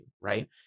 right